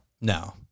no